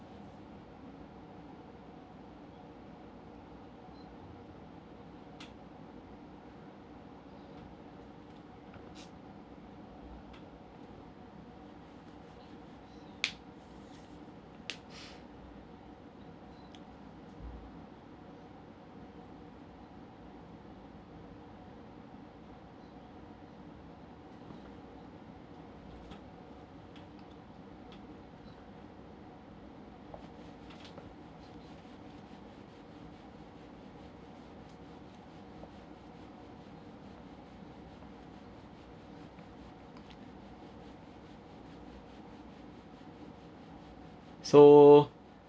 so